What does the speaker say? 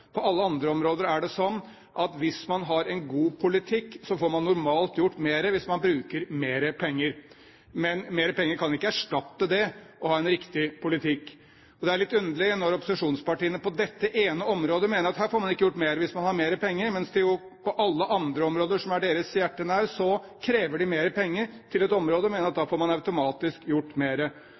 På alle andre områder er det slik at hvis man har en god politikk, får man normalt gjort mer hvis man bruker mer penger. Men mer penger kan ikke erstatte det å ha en riktig politikk. Det er litt underlig når opposisjonspartiene på dette ene området mener at her får man ikke gjort mer hvis man har mer penger, mens de på alle andre områder som ligger deres hjerte nær, krever mer penger og mener at da får man automatisk gjort